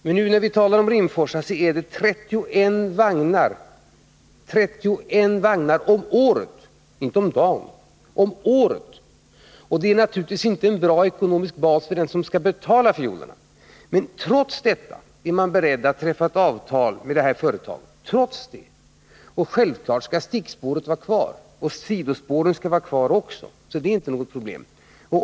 Men när vi nu talar om Rimforsa så gäller det 31 vagnar om året — inte om dagen — och det är naturligtvis inte en bra ekonomisk bas för dem som skall betala fiolerna. Trots detta är man beredd att träffa ett avtal med företaget. Och självfallet skall stickspåret och även sidospåret vara kvar, så det är inte något problem.